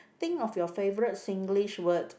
think of your favourite Singlish word